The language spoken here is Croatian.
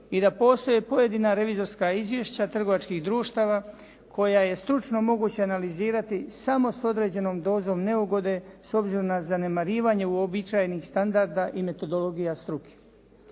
i da postoje pojedina revizorska izvješća trgovačkih društava koja je stručno moguće analizirati samo s određenom doze neugode s obzirom na zanemarivanje uobičajenih standarda i metodologija struke.